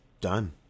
Done